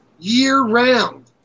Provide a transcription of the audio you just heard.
year-round